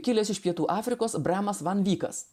kilęs iš pietų afrikos bremas van vykas